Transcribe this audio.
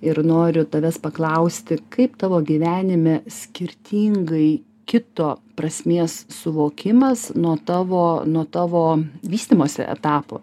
ir noriu tavęs paklausti kaip tavo gyvenime skirtingai kito prasmės suvokimas nuo tavo nuo tavo vystymosi etapo